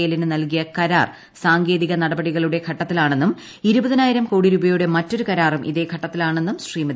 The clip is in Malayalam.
എല്ലിനു നൽകിയ കരാർ സാങ്കേതിക നടപടികളുടെ ഘട്ടത്തിലാണെന്നും ഇരുപതിനായിരം കോടി രൂപയുടെ മറ്റൊരു കരാറും ഇതേ ഘട്ടത്തിലാണെന്നും ശ്രീമതി